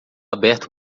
aberto